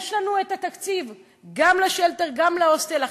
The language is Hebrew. יש לנו את התקציב לשלטר וגם להוסטל,